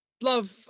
love